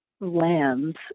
lands